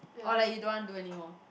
or like you don't want to do anymore